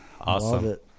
awesome